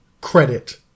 credit